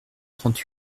trente